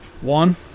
One